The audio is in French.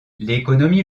l’économie